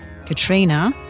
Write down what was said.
Katrina